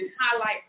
highlight